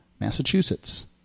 Massachusetts